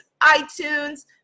iTunes